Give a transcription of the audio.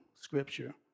scripture